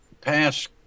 past